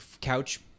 Couch